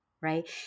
right